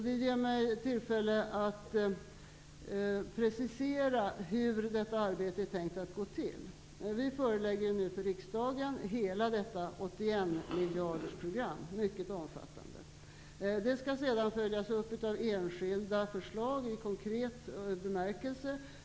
Det ger mig tillfälle att precisera hur detta arbete är tänkt att gå till. Vi förelägger nu riksdagen hela detta 81 miljardersprogram. Det är mycket omfattande. Det skall sedan följas upp av enskilda förslag i konkret bemärkelse.